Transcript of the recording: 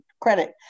credit